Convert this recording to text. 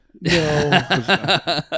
No